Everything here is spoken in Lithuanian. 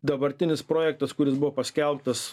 dabartinis projektas kuris buvo paskelbtas